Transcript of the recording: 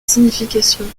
significations